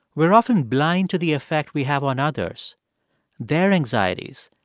we're often blind to the effect we have on others their anxieties,